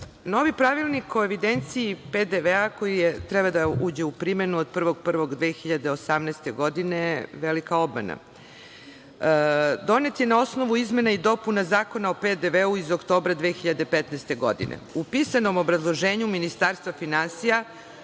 Pravilnik o evidenciji PDV koji treba da uđe u primenu od 1.01.2018. godine, velika obmana. Donet je na osnovu izmena i dopuna Zakona o PDV-u iz oktobra 2015. godine. U pisanom obrazloženju Ministarstva finansija,